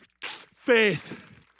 Faith